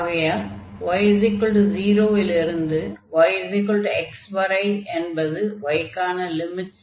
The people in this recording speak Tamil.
ஆகையால் y 0 லிருந்து yx வரை என்பது y க்கான லிமிட்ஸ்